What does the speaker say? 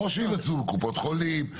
או שיבצעו בקופות חולים,